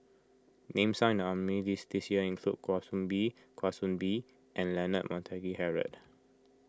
names this year include Kwa Soon Bee Kwa Soon Bee and Leonard Montague Harrod